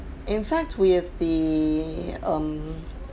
in fact we have the um